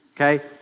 Okay